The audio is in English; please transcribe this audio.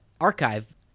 archive